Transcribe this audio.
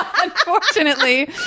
Unfortunately